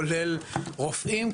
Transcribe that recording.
כולל רופאים,